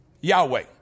Yahweh